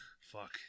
Fuck